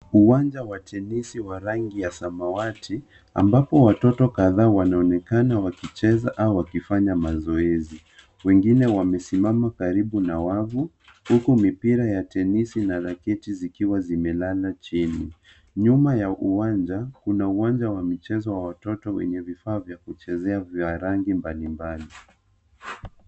Uwanja wa tenisi wa rangi ya samawati ambapo watoto kadhaa wanaonekana wakicheza au wakifanya mazoezi. Wengine wamesimama karibu na wavu, huku mipira ya tenisi na raketi zikiwa zimelala chini. Nyuma ya uwanja, kuna uwanja wa michezo wa watoto wenye vifaa vya kuchezea vya rangi mbalimbali.